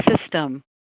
system